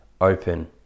open